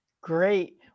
Great